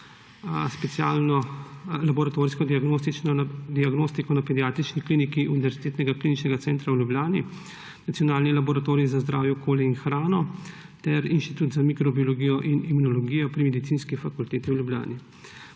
specialno laboratorijsko diagnostiko na Pediatrični kliniki Univerzitetnega kliničnega centra Ljubljana, Nacionalni laboratorij za zdravje, okolje in hrano ter Inštitut za mikrobiologijo in imunologijo pri Medicinski fakulteti v Ljubljani.